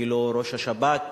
אפילו ראש השב"כ